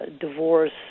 divorce